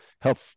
help